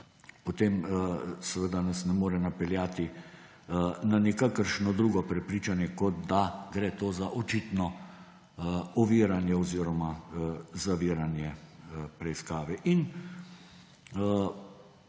potem nas seveda ne more napeljati na nikakršno drugo prepričanje, kot da gre za očitno oviranje oziroma zaviranje preiskave.